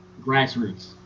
Grassroots